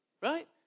Right